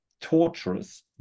torturous